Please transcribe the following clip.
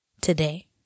today